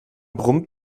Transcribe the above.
brummt